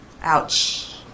Ouch